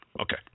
Okay